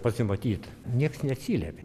pasimatyt nieks neatsiliepė